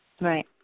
Right